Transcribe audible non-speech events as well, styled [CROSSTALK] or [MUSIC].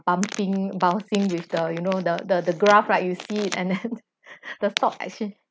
pumping bouncing with the you know the the the graph right you see it and then [LAUGHS] the stock-exchange